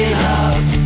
love